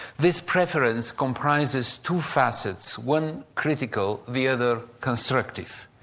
this preference comprises two facets one critical, the other constructive.